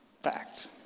Fact